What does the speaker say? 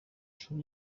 چون